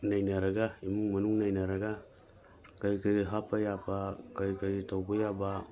ꯅꯩꯅꯔꯒ ꯏꯃꯨꯡ ꯃꯅꯨꯡ ꯅꯩꯅꯔꯒ ꯀꯔꯤ ꯀꯔꯤ ꯍꯥꯞꯄ ꯌꯥꯕ ꯀꯔꯤ ꯀꯔꯤ ꯇꯧꯕ ꯌꯥꯕ